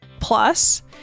Plus